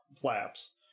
flaps